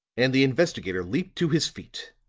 and the investigator leaped to his feet.